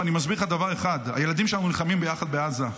ואני מסביר לך דבר אחד: הילדים שלנו נלחמים ביחד בעזה.